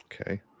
okay